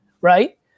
right